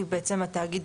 כי בעצם התאגיד,